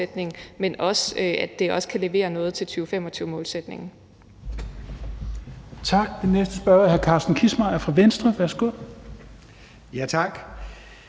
men også kan levere noget til 2025-målsætningen.